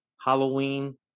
Halloween